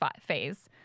phase